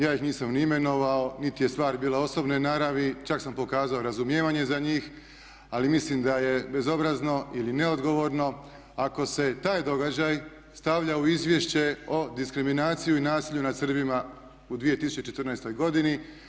Ja ih nisam ni imenovao niti je stvar bila osobne naravi, čak sam pokazao razumijevanje za njih, ali mislim da je bezobrazno ili neodgovorno ako se taj događaj stavlja u Izvješće o diskriminaciji i nasilju nad Srbima u 2014. godini.